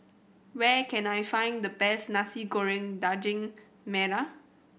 where can I find the best Nasi Goreng Daging Merah